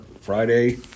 Friday